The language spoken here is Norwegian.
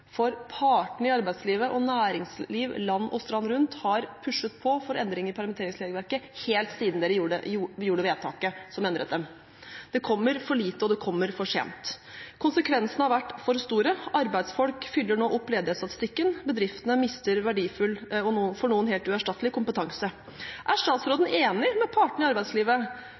for partene i arbeidslivet og næringslivet land og strand rundt har pushet på for endring i permitteringsregelverket helt siden vi gjorde vedtaket som endret det. Det kommer for lite, og det kommer for sent. Konsekvensene har vært for store. Arbeidsfolk fyller nå opp ledighetsstatistikken. Bedriftene mister verdifull og – for noen – helt uerstattelig kompetanse. Er statsråden